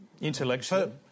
Intellectually